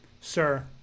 Sir